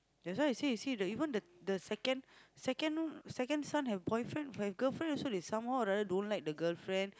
that's why you see you see the even the the second second second have boyfriend have girlfriend they also somehow right don't like the girlfriend